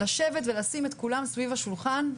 לשבת ולשים את כולם סביב השולחן,